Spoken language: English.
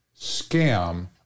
scam